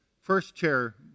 first-chair